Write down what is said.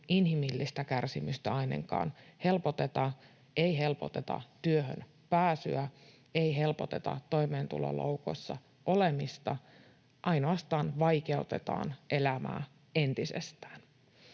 inhimillistä kärsimystä ainakaan helpoteta, ei helpoteta työhön pääsyä, ei helpoteta toimeentuloloukossa olemista, ainoastaan vaikeutetaan elämää entisestään.